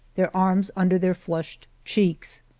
their arms under their flushed cheeks.